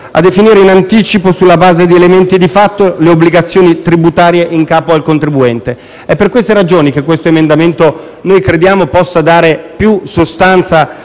a definire in anticipo, sulla base di elementi di fatto, le obbligazioni tributarie in capo al contribuente. Per tali ragioni crediamo che l'emendamento 01.1 (testo 2) possa dare più sostanza